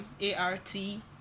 A-R-T